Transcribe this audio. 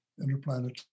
interplanetary